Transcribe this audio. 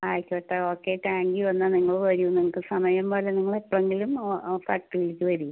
ആയിക്കോട്ടെ okay thank you എന്നാൽ നിങ്ങൾ വരൂ നിങ്ങൾക്ക് സമയം പോലെ നിങ്ങൾ എപ്പോഴെങ്കിലും ഫാക്ടറിയിലേക്ക് വരൂ